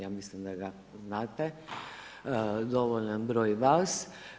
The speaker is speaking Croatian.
Ja mislim da ga znate dovoljan broj vas.